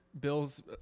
Bill's